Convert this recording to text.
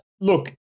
look